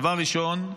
דבר ראשון,